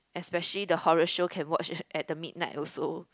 especially the horror show can watch at the midnight also